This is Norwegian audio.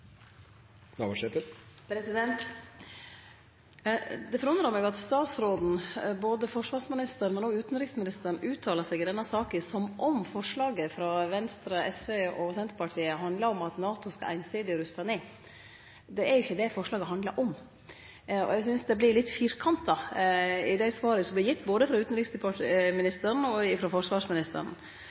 Det forundrar meg at både forsvarsministeren og utanriksministeren uttalar seg i denne saka som om forslaget frå Venstre, SV og Senterpartiet handlar om at NATO skal einsidig ruste ned. Det er jo ikkje det forslaget handlar om. Eg synest det vert litt firkanta i dei svara som vert gitt, både frå utanriksministeren og frå forsvarsministeren.